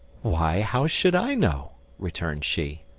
why, how should i know? returned she.